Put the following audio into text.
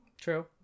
True